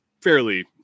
fairly